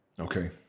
Okay